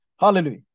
Hallelujah